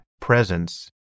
presence